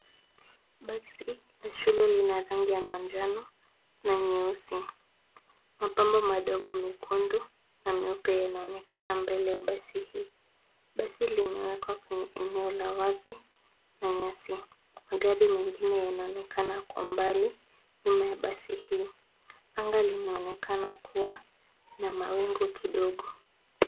Basi la shule lina rangi ya manjano na nyeusi. Mapambo madogo mekundu na nyeupe yanaonekana mbele ya basi hii. Basi limeekwa kwenye eneo la wazi la nyasi. Magari mengine yanaonekana kwa umbali, nyuma ya basi hii. Anga limeonekana kuwa na mawingu kidogo.